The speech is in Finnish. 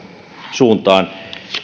suuntaan